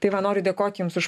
tai va noriu dėkot jums už